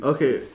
Okay